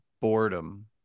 boredom